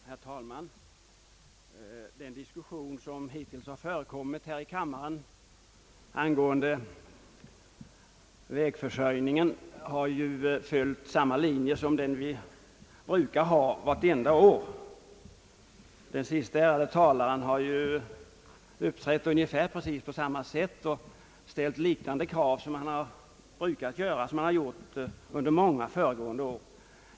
Herr talman! Den diskussion som hittills förekommit här i kammaren angående vägförsörjningen har följt samma linjer som den brukar vartenda år. Den siste ärade talaren har uppträtt på precis samma sätt och ställt liknande krav som han gjorde föregående år.